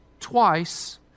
twice